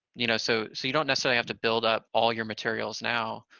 you know, so so you don't necessarily have to build up all your materials now.